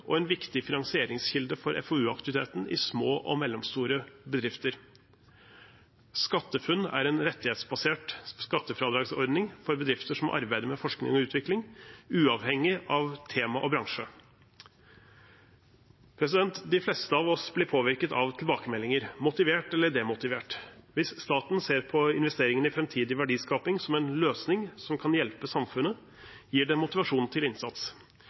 og en viktig finansieringskilde for FoU-aktiviteten i små og mellomstore bedrifter. SkatteFUNN er en rettighetsbasert skattefradragsordning for bedrifter som arbeider med forskning og utvikling, uavhengig av tema og bransje. De fleste av oss blir påvirket av tilbakemeldinger – motivert eller demotivert. Hvis staten ser på investeringen i framtidig verdiskaping som en løsning som kan hjelpe samfunnet, gir det en motivasjon til innsats.